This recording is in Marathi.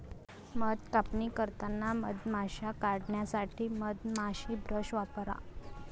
मध कापणी करताना मधमाश्या काढण्यासाठी मधमाशी ब्रश वापरा